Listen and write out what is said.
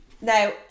Now